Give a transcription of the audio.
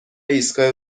ایستگاه